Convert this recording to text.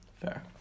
Fair